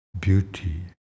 beauty